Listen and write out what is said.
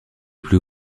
plus